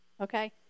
Okay